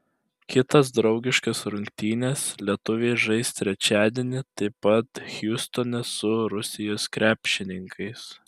kitas draugiškas rungtynes lietuviai žais trečiadienį taip pat hjustone su rusijos krepšininkais